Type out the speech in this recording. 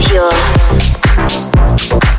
Pure